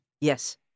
Yes